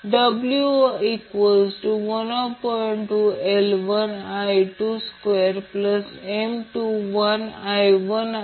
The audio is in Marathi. तर हे r आहे याचा अर्थ दोन ब्रांच परॅलेल सर्किटची रेझोनन्स फ्रिक्वेन्सी ω0 आहे ही एक अट आहे